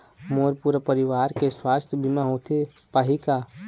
मोर पूरा परवार के सुवास्थ बीमा होथे पाही का?